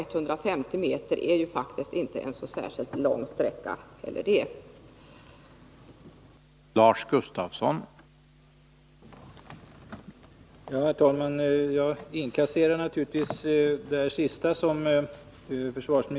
150 meter är faktiskt inte en så lång sträcka, varför kostnaderna för ledningsdragning inte bör vara avskräckande.